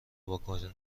واکنشهای